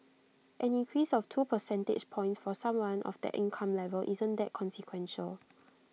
an increase of two percentage points for someone of that income level isn't that consequential